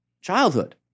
childhood